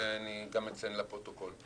אני מציין לפרוטוקול.